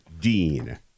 Dean